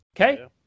Okay